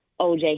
OJ